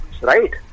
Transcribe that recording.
right